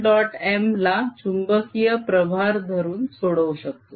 M ला चुंबकीय प्रभार धरून सोडवू शकतो